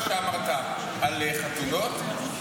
גם על מה שאמרת על חתונות,